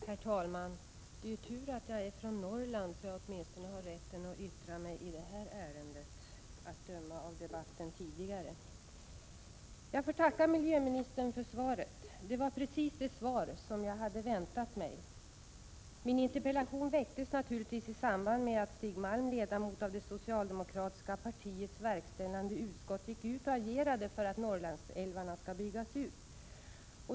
Herr talman! Det är ju tur att jag är från Norrland, så att jag åtminstone har rätt att yttra mig i det här ärendet, att döma av debatten tidigare. Jag får tacka miljöministern för svaret. Det var precis det svar som jag hade väntat mig. Min interpellation väcktes i samband med att Stig Malm, ledamot av det socialdemokratiska partiets verkställande utskott, gick ut och agerade för att Norrlandsälvarna skall byggas ut.